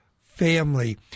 family